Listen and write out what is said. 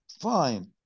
Fine